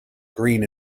green